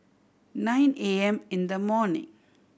nine A M in the morning